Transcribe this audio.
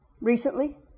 recently